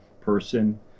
person